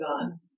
gone